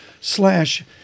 slash